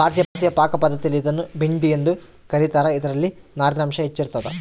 ಭಾರತೀಯ ಪಾಕಪದ್ಧತಿಯಲ್ಲಿ ಇದನ್ನು ಭಿಂಡಿ ಎಂದು ಕ ರೀತಾರ ಇದರಲ್ಲಿ ನಾರಿನಾಂಶ ಹೆಚ್ಚಿರ್ತದ